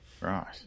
Right